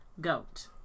goat